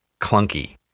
clunky